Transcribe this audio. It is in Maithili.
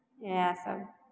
इएहसभ